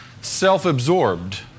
self-absorbed